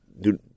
dude